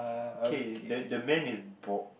okay then the man is bald